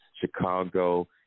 Chicago